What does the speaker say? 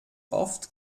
oft